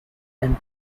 and